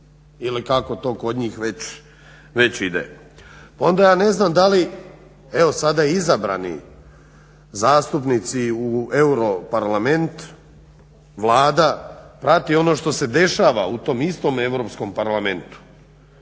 Ili kako to kod njih već ide. Onda ja ne znam da li evo sada izabrani zastupnici u europarlament, Vlada, prati ono što se dešava u tom istom Europskom parlamentu.